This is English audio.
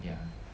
ya